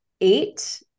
eight